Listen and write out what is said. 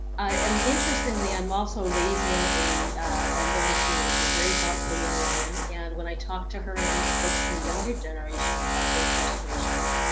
and interestingly i'm also raising a ah young teenager, very thoughtful young woman. and when i talk to her and and folks in the younger generation about their frustrations,